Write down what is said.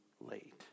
late